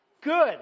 good